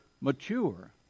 mature